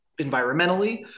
environmentally